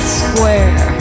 square